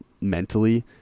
mentally